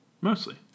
Mostly